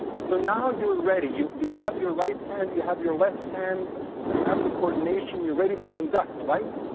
so now you're ready. you you have your right hand you have your left hand you have the coordination. you're ready to conduct, right?